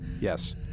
yes